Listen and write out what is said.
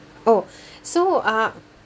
oh so uh